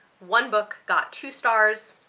one book got two stars,